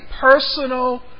personal